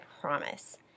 promise